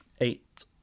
Eight